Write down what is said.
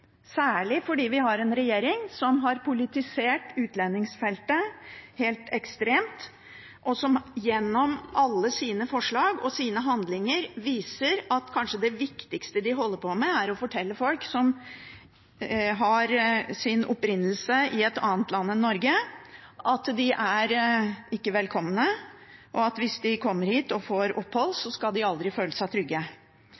særlig fordi vi har en regjering som har politisert utlendingsfeltet helt ekstremt, og som gjennom alle sine forslag og handlinger viser at kanskje det viktigste de holder på med, er å fortelle folk som har sin opprinnelse i et annet land enn Norge, at de ikke er velkomne, og at hvis de kommer hit og får opphold,